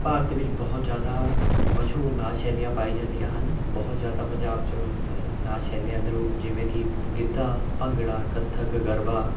ਭਾਰਤ ਵੇਿੱਚ ਬਹੁਤ ਜ਼ਿਆਦਾ ਮਸ਼ਹੂਰ ਨਾਚ ਸ਼ੈਲੀਆਂ ਪਾਈਆਂ ਜਾਂਦੀਆਂ ਹਨ ਬਹੁਤ ਜ਼ਿਆਦਾ ਪੰਜਾਬ 'ਚ ਨਾਚ ਸ਼ੈਲੀਆਂ ਦੇ ਰੂਪ ਜਿਵੇਂ ਕਿ ਗਿੱਧਾ ਭੰਗੜਾ ਕੱਥਕ ਗਰਵਾ